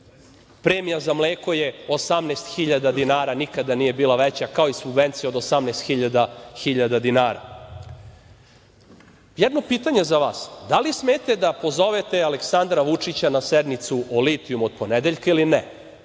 Premija za mleko je 18.000 dinara, nikad nije bila veća, kao i subvencija od 18.000 dinara. Jedno pitanje za vas. Da li smete da pozovete Aleksandra Vučića na sednicu o litijumu od ponedeljka ili ne?